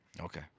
Okay